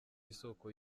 isoko